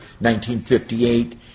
1958